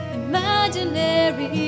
imaginary